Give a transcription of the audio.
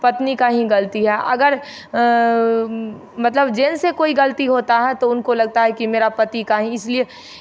पत्नी का ही गलती है अगर मतलब जेन्स से कोई गलती होता है तो उनको लगता है कि मेरा पति का ही इसलिए